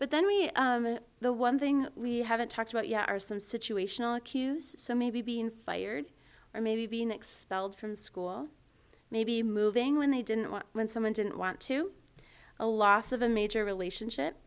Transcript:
but then we are the one thing we haven't talked about yet are some situational accuse so maybe being fired or maybe being expelled from school maybe moving when they didn't want when someone didn't want to a lot of a major relationship